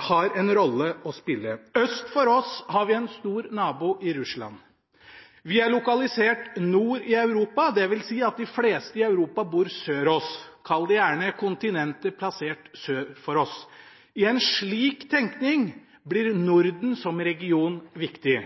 har en rolle å spille. Øst for oss har vi en stor nabo, Russland. Vi er lokalisert nord i Europa, dvs. at de fleste i Europa bor sør for oss – kall det gjerne kontinentet plassert sør for oss. I en slik tenkning blir Norden som region viktig,